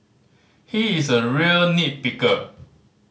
he is a real nit picker